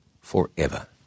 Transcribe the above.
forever